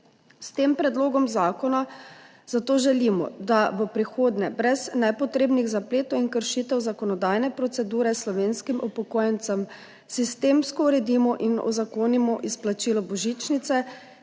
S tem predlogom zakona zato želimo, da v prihodnje brez nepotrebnih zapletov in kršitev zakonodajne procedure slovenskim upokojencem sistemsko uredimo in uzakonimo izplačilo božičnice,